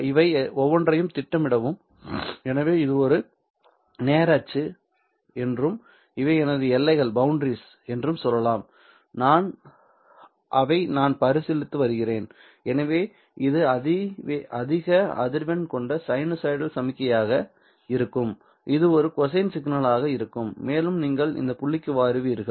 இவை ஒவ்வொன்றையும் திட்டமிடவும் எனவே இது எனது நேர அச்சு என்றும் இவை எனது எல்லைகள் என்றும் சொல்லலாம் அவை நான் பரிசீலித்து வருகிறேன் எனவே இது அதிக அதிர்வெண் கொண்ட சைனூசாய்டல் சமிக்ஞையாக இருக்கும் இது ஒரு கொசைன் சிக்னலாக இருக்கும் மேலும் நீங்கள் இந்த புள்ளிக்கு வருவீர்கள்